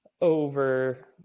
over